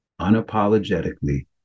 unapologetically